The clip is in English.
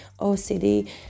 OCD